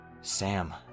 Sam